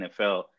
NFL